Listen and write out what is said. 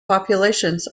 populations